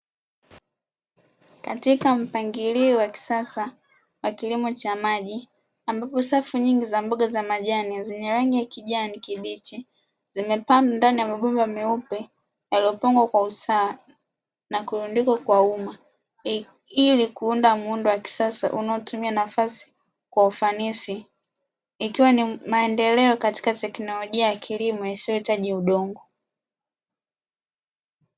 Katika mpangilio wa kisasa wa kilimo cha maji ambapo safu nyingi za mboga za majani zenye rangi ya kijani kibichi, zimepangwa ndani ya mabomba meupe yaliyopangwa kwa usawa na kutundikwa kwa wima; ili kuunda muundo wa kisasa unaotumia nafasi kwa ufanisi, ikiwa ni maendeleo katika teknolojia ya kilimo isiyohitaji udongo.